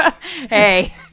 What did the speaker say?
Hey